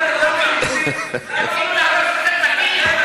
חבר הכנסת טיבי.